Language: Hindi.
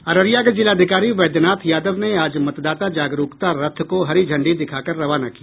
अररिया के जिलाधिकारी वैद्यनाथ यादव ने आज मतदाता जागरूकता रथ को हरी झंडी दिखाकर रवाना किया